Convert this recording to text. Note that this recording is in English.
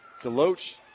Deloach